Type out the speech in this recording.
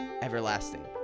everlasting